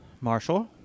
Marshall